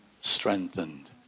strengthened